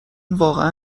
واقعا